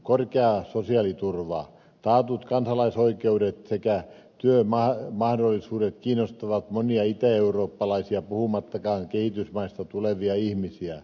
korkea sosiaaliturva taatut kansalaisoikeudet sekä työmahdollisuudet kiinnostavat monia itäeurooppalaisia puhumattakaan kehitysmaista tulevista ihmisistä